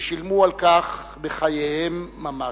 ושילמו על כך בחייהם ממש.